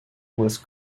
was